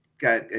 Got